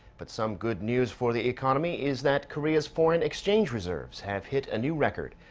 but some good news for the economy is that. korea's foreign exchange reserves have hit a new record.